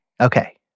Okay